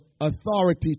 authority